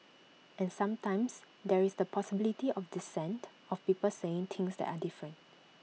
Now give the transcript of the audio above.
and sometimes there is the possibility of dissent of people saying things that are different